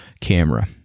camera